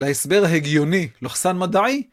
להסבר הגיוני / מדעי